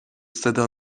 صدا